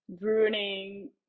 ruining